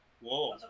Whoa